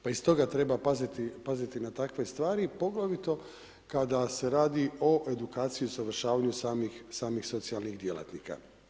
Pa iz toga treba paziti na takve stvari, poglavito kada se radi o edukaciji i usavršavanju samih socijalnih djelatnika.